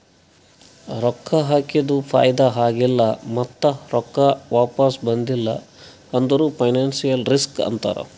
ರೊಕ್ಕಾ ಹಾಕಿದು ಫೈದಾ ಆಗಿಲ್ಲ ಮತ್ತ ರೊಕ್ಕಾ ವಾಪಿಸ್ ಬಂದಿಲ್ಲ ಅಂದುರ್ ಫೈನಾನ್ಸಿಯಲ್ ರಿಸ್ಕ್ ಅಂತಾರ್